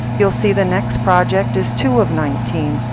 you'll see the next project is two of nineteen.